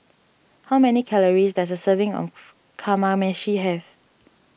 how many calories does a serving of Kamameshi have